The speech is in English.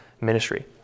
ministry